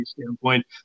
standpoint